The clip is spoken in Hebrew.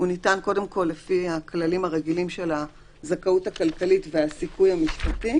ניתן קודם כל לפי הכללים הרגילים של הזכאות הכלכלית והסיכוי המשפטי,